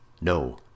no